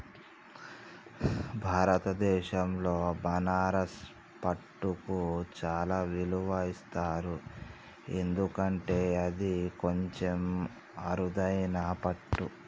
భారతదేశంలో బనారస్ పట్టుకు చాలా విలువ ఇస్తారు ఎందుకంటే అది కొంచెం అరుదైన పట్టు